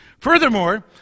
Furthermore